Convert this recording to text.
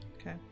Okay